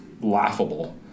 laughable